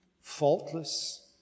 faultless